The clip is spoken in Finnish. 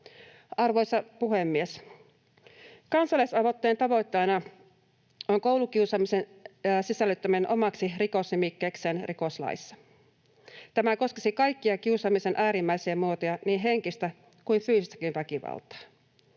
Arvoisa puhemies! Kansalaisaloitteen tavoitteena on koulukiusaamisen sisällyttäminen omaksi rikosnimikkeekseen rikoslaissa. Tämä koskisi kaikkia kiusaamisen äärimmäisiä muotoja, niin henkistä kuin fyysistäkin väkivaltaa.